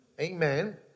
Amen